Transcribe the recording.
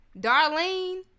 Darlene